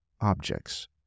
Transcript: objects